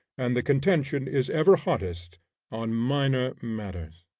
and the contention is ever hottest on minor matters.